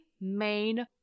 main